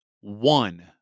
One